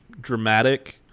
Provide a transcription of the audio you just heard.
dramatic